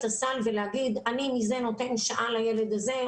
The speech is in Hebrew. הסל ולומר שאני מזה נותן שעה לילד הזה,